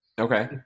Okay